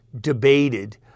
debated